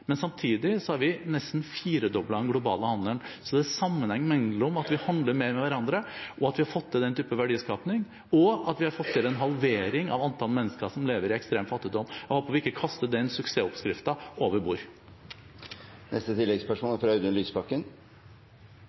nesten firedoblet den globale handelen. Det er en sammenheng mellom at vi handler mer med hverandre og har fått til den typen verdiskaping, og at vi har fått til en halvering av antallet mennesker som lever i ekstrem fattigdom. Jeg håper vi ikke kaster den suksessoppskriften over bord.